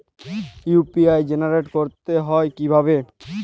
UPI generate করতে হয় কিভাবে?